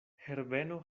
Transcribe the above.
herbeno